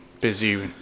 busy